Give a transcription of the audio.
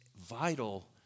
vital